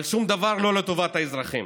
אבל שום דבר לא לטובת האזרחים